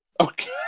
Okay